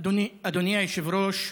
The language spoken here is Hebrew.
אדוני היושב-ראש,